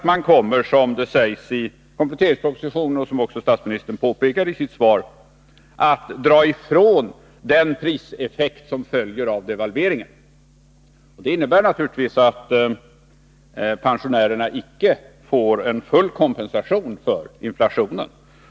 Man kommer, vilket sägs i kompletteringspropositionen och vilket också statsministern påpekade i sitt svar, att dra ifrån den priseffekt som följer av devalveringen. Det innebär naturligtvis att pensionärerna inte får full kompensation för inflationen.